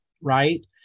right